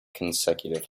consecutive